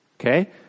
Okay